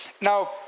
Now